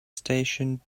station